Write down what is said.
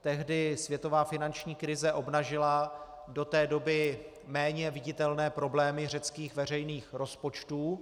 Tehdy světová finanční krize obnažila do té doby méně viditelné problémy řeckých veřejných rozpočtů.